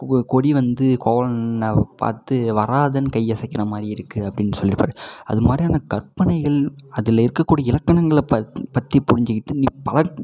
கொடி வந்து கோவலனை பார்த்து வராதன்னு கை அசைக்கிற மாதிரி இருக்கு அப்படின்னு சொல்லிருப்பார் அதுமாதிரியான கற்பனைகள் அதில் இருக்கக்கூடிய இலக்கணங்களை பத் பற்றி புரிஞ்சிக்கிட்டு நீ பழக்